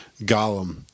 Gollum